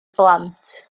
blant